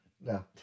No